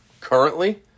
Currently